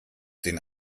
den